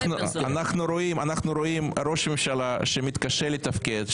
אנחנו רואים ראש ממשלה שמתקשה לתפקד,